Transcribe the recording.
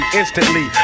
instantly